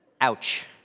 Ouch